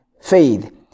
faith